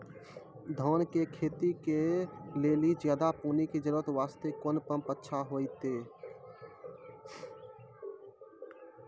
धान के खेती के लेली ज्यादा पानी के जरूरत वास्ते कोंन पम्प अच्छा होइते?